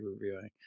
reviewing